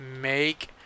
make